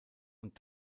und